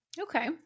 Okay